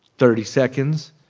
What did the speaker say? thirty seconds.